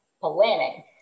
planning